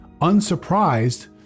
unsurprised